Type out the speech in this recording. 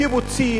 קיבוצים,